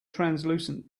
translucent